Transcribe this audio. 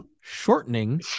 shortening